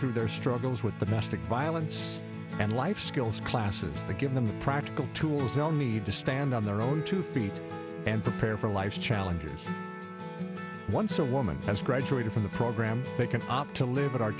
through their struggles with the mastic violence and life skills classes that give them the practical tools they need to stand on their own two feet and prepare for life's challenges once a woman has graduated from the program they can opt to live in our